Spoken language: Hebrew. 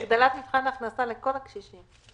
הגדלת מבחן הכנסה לכל הקשישים.